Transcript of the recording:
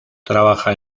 trabaja